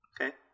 Okay